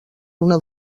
una